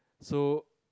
so